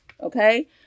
okay